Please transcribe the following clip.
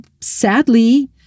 sadly